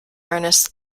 ernest